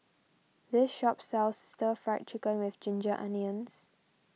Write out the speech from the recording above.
this shop sells Stir Fry Chicken with Ginger Onions